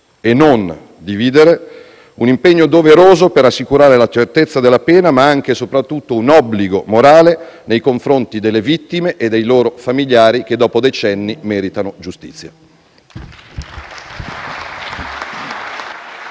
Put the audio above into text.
e non dividere, doveroso per assicurare la certezza della pena, ma anche e soprattutto un obbligo morale nei confronti delle vittime e dei loro familiari che dopo decenni meritano giustizia.